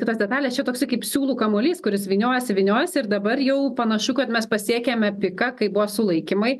kitos detalės čia toksai kaip siūlų kamuolys kuris vyniojosi vyniojosi ir dabar jau panašu kad mes pasiekėme piką kai buvo sulaikymai